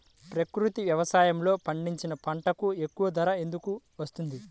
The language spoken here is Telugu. ప్రకృతి వ్యవసాయములో పండించిన పంటలకు ఎక్కువ ధర ఎందుకు వస్తుంది?